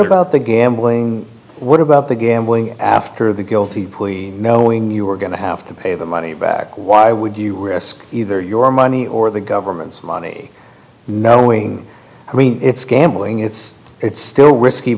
about the gambling what about the gambling after the guilty plea knowing you're going to have to pay the money back why would you risk either your money or the government's money knowing i mean it's gambling it's it's still risky